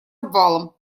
обвалом